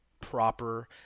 proper